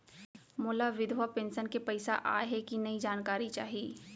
मोला विधवा पेंशन के पइसा आय हे कि नई जानकारी चाही?